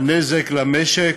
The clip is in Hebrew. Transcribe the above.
הנזק למשק,